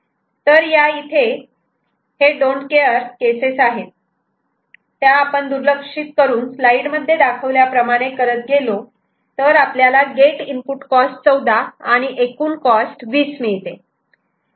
तर या इथे हे डोन्ट केअर केसेस आहेत त्या आपण दुर्लक्षित करून स्लाईडमध्ये दाखवल्याप्रमाणे करत गेलो तर आपल्याला गेट इनपुट कॉस्ट 14आणि एकूण कॉस्ट 20 मिळते